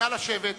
נא לשבת.